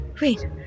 Wait